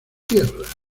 tierra